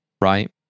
right